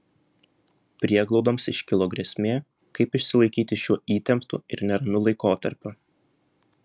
prieglaudoms iškilo grėsmė kaip išsilaikyti šiuo įtemptu ir neramiu laikotarpiu